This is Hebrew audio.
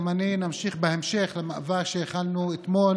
גם אני אמשיך במאבק שהכנו אתמול